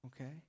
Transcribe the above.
Okay